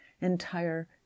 entire